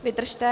Vydržte.